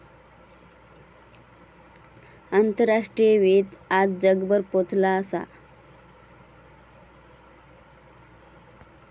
आंतराष्ट्रीय वित्त आज जगभर पोचला असा